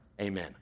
Amen